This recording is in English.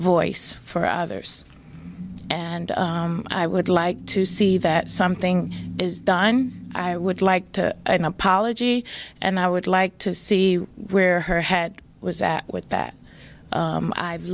voice for others and i would like to see that something is done i would like to an apology and i would like to see where her head was at with that i've